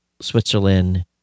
Switzerland